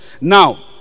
Now